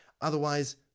Otherwise